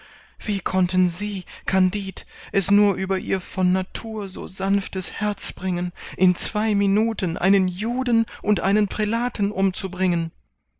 wie konnten sie kandid es nur über ihr von natur so sanftes herz bringen in zwei minuten einen juden und einen prälaten umzubringen